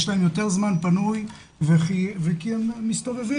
יש להם יותר זמן פנוי והם מסתובבים.